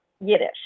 Yiddish